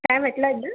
काय म्हटलं अजून